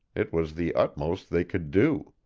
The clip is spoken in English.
it was the utmost they could do.